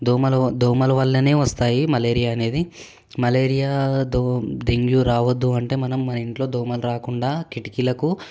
దోమల వ దోమల వల్లనే వస్తాయి మలేరియా అనేది మలేరియా దో డెంగ్యూ రావద్దు అంటే మనం మన ఇంట్లో దోమలు రాకుండా కిటికీలకు